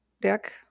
deck